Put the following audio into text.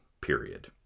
period